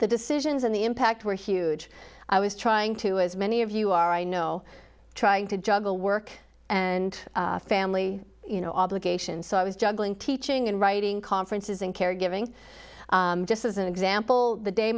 the decisions and the impact were huge i was trying to as many of you are i know trying to juggle work and family you know obligations so i was juggling teaching and writing conferences and caregiving just as an example the day